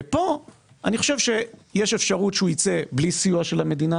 פה אני חושב שיש אפשרות שהוא ייצא בלי סיוע של המדינה.